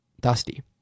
Dusty